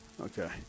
Okay